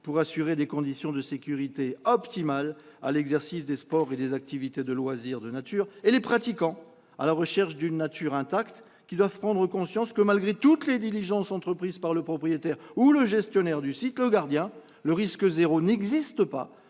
pour assurer des conditions de sécurité optimales à l'exercice des sports et des activités de loisirs de nature, et les pratiquants, à la recherche d'une nature intacte, qui doivent prendre conscience que, malgré toutes les diligences entreprises par le propriétaire ou le gestionnaire du site- le gardien -, le « risque zéro » n'existe pas